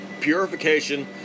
purification